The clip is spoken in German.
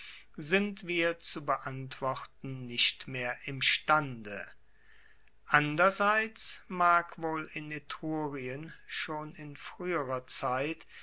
sind wir zu beantworten nicht mehr imstande anderseits mag wohl in etrurien schon in frueherer zeit